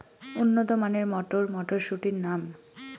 উন্নত মানের মটর মটরশুটির নাম?